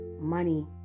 money